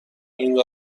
این